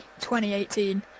2018